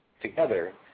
together